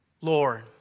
Lord